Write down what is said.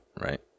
right